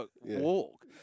walk